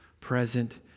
present